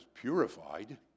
purified